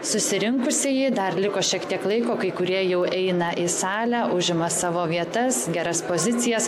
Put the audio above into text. susirinkusieji dar liko šiek tiek laiko kai kurie jau eina į salę užima savo vietas geras pozicijas